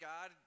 God